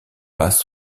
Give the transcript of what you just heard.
passe